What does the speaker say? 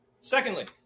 Secondly